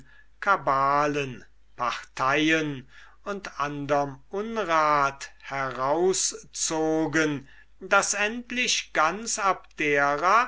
kabalen parteien und anderm unrat herauszogen daß endlich ganz abdera